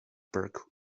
burke